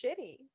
shitty